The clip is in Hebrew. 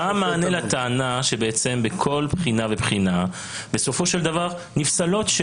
אבל מה המענה לטענה שבכל בחינה ובחינה נפסלות בסופו של דבר שאלות?